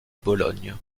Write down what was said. bologne